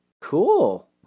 Cool